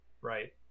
right